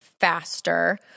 faster